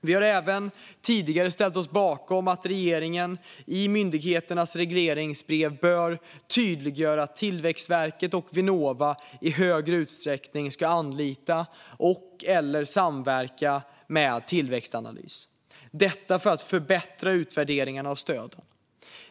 Vi har även tidigare ställt oss bakom att regeringen i myndigheternas regleringsbrev bör tydliggöra att Tillväxtverket och Vinnova i större utsträckning ska anlita och/eller samverka med Tillväxtanalys - detta för att förbättra utvärderingarna av stöden.